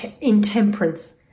intemperance